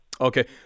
Okay